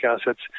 assets